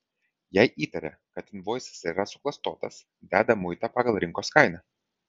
jei įtaria kad invoisas yra suklastotas deda muitą pagal rinkos kainą